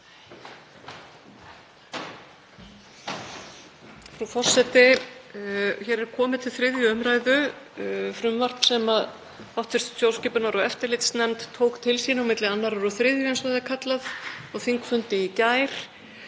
Frú forseti. Hér er komið til 3. umr. frumvarp sem hv. stjórnskipunar- og eftirlitsnefnd tók til sín á milli annarrar og þriðju, eins og það er kallað, á þingfundi í gær.